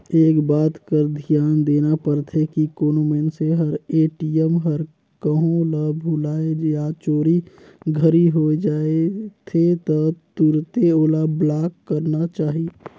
एक बात कर धियान देना परथे की कोनो मइनसे हर ए.टी.एम हर कहों ल भूलाए या चोरी घरी होए जाथे त तुरते ओला ब्लॉक कराना चाही